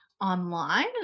online